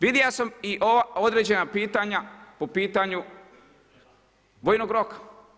Vidio sam i određena pitanja po pitanju vojnog roka.